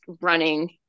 running